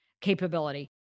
capability